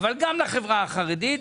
אבל גם לחברה החרדית,